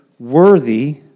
worthy